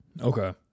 Okay